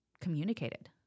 communicated